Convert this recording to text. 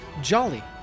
Jolly